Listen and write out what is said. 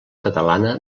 catalana